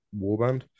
warband